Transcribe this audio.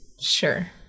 Sure